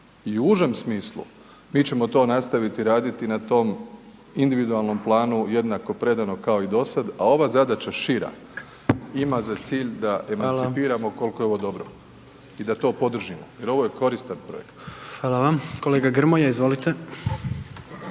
i u užem smislu mi ćemo to nastaviti raditi na tom individualnom planu jednako predano kao i do sada. A ova zadaća šira ima za cilj za emancipiramo koliko je ovo dobro i da to podržimo jer ovo je koristan projekt. **Jandroković, Gordan (HDZ)**